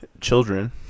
children